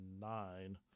nine